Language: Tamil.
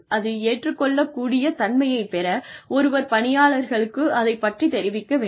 அந்த ஏற்றுக் கொள்ளக்கூடியத் தன்மையைப் பெற ஒருவர் பணியாளர்களுக்கு அதைப் பற்றித் தெரிவிக்க வேண்டும்